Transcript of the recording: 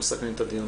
הדיון